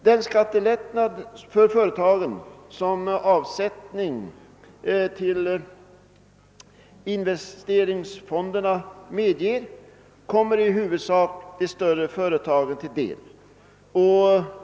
Den skattelättnad för företagen som avsättning till investeringsfond nu medger kommer i huvudsak de större företagen till del.